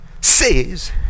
says